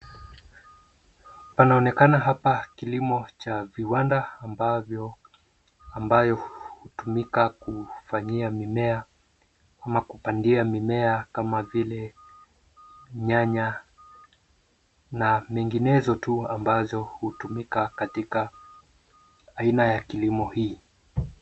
Panaonekana hapa kilimo cha viwanda ambayo hutumika kufanyia mimea au kupandia mimea kama vile nyanya na menginezo tu ambazo hutumika katika aina ya kilimo hii.